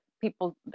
people